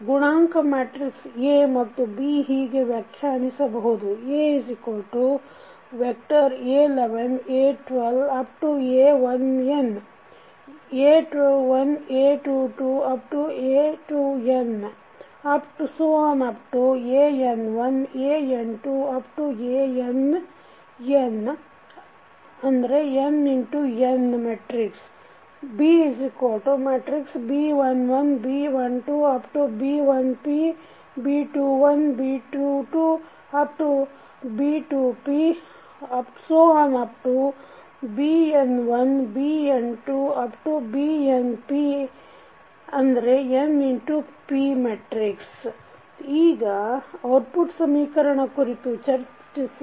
ಗುಣಾಂಕ matrix A ಮತ್ತು B ಹೀಗೆ ವ್ಯಾಖ್ಯಾನಿಸಬಹುದು Aa11 a12 a1n a21 a22 a2n ⋮⋱ an1 an2 ann n×n Bb11 b12 b1p b21 b22 b2p ⋮⋱ bn1 bn2 bnp n×p ಈಗ output ಸಮೀಕರಣ ಕುರಿತು ಚರ್ಚಿಸೋಣ